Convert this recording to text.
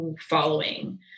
following